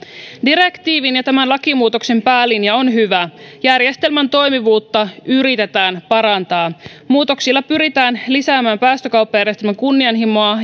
direktiivin ja tämän lakimuutoksen päälinja on hyvä järjestelmän toimivuutta yritetään parantaa muutoksilla pyritään lisäämään päästökauppajärjestelmän kunnianhimoa